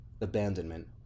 abandonment